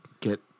get